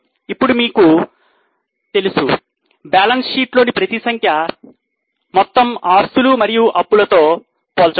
ఇప్పుడు మీకు తెలుసు మిగులు పత్రము లోని ప్రతి సంఖ్య మొత్తం ఆస్తులు మరియు అప్పులుతో పోల్చవచ్చు